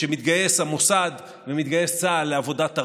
שמתגייס המוסד ומתגייס צה"ל לעבודת הרכש,